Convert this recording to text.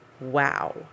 wow